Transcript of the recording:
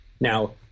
Now